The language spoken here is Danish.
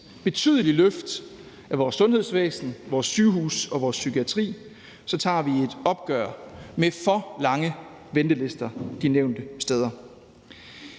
betydeligt løft af vores sundhedsvæsen, vores sygehuse og vores psykiatri tager vi et opgør med for lange ventelister de nævnte steder.